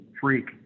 freak